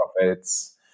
profits